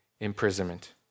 imprisonment